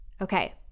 Okay